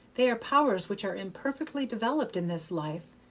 they are powers which are imperfectly developed in this life,